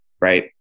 right